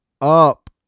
up